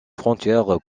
frontière